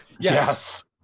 Yes